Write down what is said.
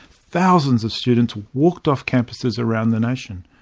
thousands of students walked off campuses around the nation.